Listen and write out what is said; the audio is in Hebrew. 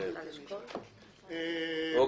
אוקיי.